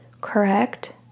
Correct